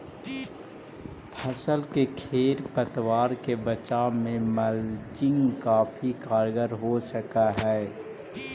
फसल के खेर पतवार से बचावे में मल्चिंग काफी कारगर हो सकऽ हई